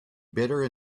bitter